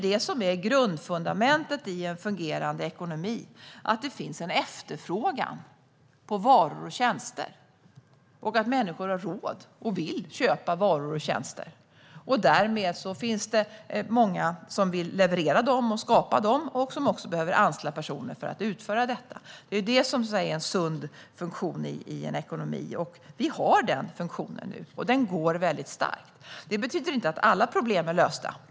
Det är grundfundamentet i en fungerande ekonomi - att det finns en efterfrågan på varor och tjänster och att människor har råd och vill köpa varor och tjänster. Därmed finns det många som vill skapa dem och leverera dem och som också behöver anställa personer för att utföra detta. Det är en sund funktion i en ekonomi. Vi har den funktionen nu, och den går väldigt starkt. Det betyder inte att alla problem är lösta.